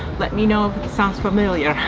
let me know if it sounds familiar,